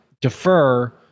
defer